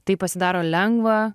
tai pasidaro lengva